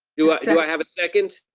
do ah so i have a second?